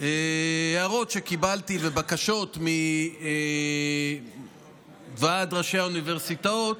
הערות ובקשות שקיבלתי מוועד ראשי האוניברסיטאות,